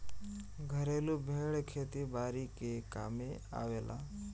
घरेलु भेड़ खेती बारी के कामे आवेले